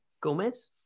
Gomez